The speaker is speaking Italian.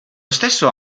stesso